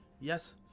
yes